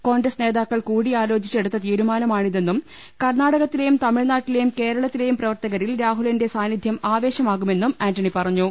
കോൺഗ്രസ് നേതാക്കൾ കൂടിയാലോചിച്ച് എടുത്ത തീരുമാനമാണിതെന്നും കർണാടകത്തിലെയും തമിഴ്നാട്ടിലെയും കേരളത്തിലെയും പ്രവർത്തകരിൽ രാഹുലിന്റെ സാന്നിധ്യം ആവ്വേശമാകുമെന്നും ആന്റണി പറഞ്ഞു